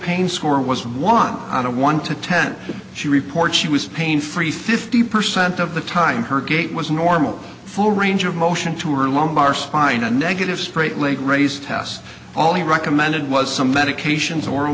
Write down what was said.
pain score was one out of one to ten she reports she was pain free fifty percent of the time her gait was normal full range of motion to her lumbar spine a negative straight leg raise tests all the recommended was some medications oral